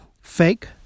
fake